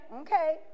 Okay